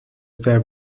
sehr